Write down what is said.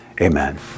Amen